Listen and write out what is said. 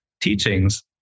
teachings